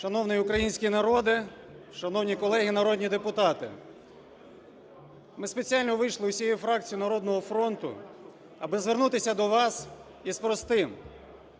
Шановний український народе, шановні колеги народні депутати, ми спеціально вийшли усією фракцією "Народного фронту" аби звернутися до вас із простим.